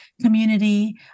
community